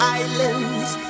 islands